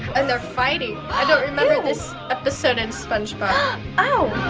and they're fighting. i don't remember this episode in spongebob. ow!